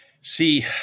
See